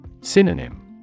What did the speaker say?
Synonym